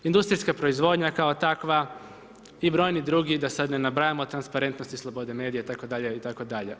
Industrijska proizvodnja, kao takva i brojani drugi da sad ne nabrajamo, transparentnosti i slobode medija itd., itd.